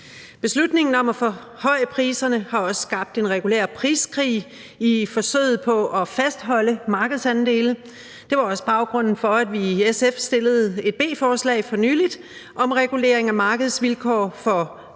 Beslutningen om at forhøje priserne har også skabt en regulær priskrig i forsøget på at fastholde markedsandele. Det var også baggrunden for, at vi i SF fremsatte et beslutningsforslag for nylig om regulering af markedsvilkår for